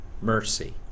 mercy